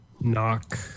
knock